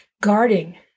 guarding